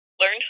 learn